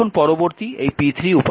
এখন পরবর্তী এই p3 উপাদানটি